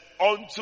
Unto